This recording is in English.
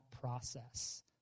process